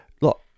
Look